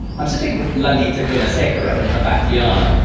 i'm sitting with lalitha gunasekera in her back yard.